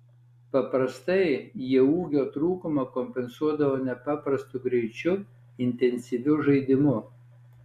paprastai jie ūgio trūkumą kompensuodavo nepaprastu greičiu intensyviu žaidimu